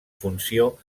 funció